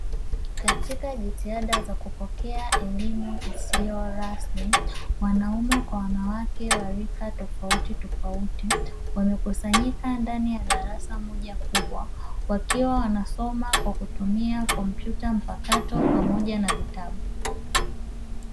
Katika jitihada za kupokea elimu isiyo rasmi, wanaume kwa wanawake wa rika tofautitofauti, wamekusanyika ndani ya darasa moja kubwa, wakiwa wanasoma kwa kutumia kompyuta mpakato pamoja na vitabu.